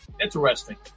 Interesting